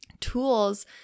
tools